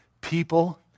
people